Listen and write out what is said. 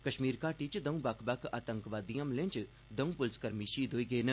कश्मीर घाटी च दंऊ बक्ख बक्ख आतंकी हमले च दंऊ पुलसकर्मी शहीद होई गेन